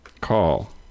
Call